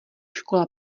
škola